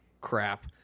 crap